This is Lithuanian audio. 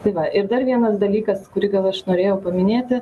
tai va ir dar vienas dalykas kurį gal aš norėjau paminėti